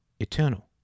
eternal